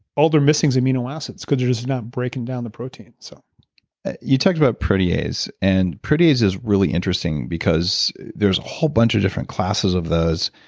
all they're missing is amino acids cause you're just not breaking down the protein so you talked about protease, and protease is really interesting because there's a whole bunch of different classes of those,